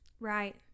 Right